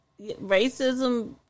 racism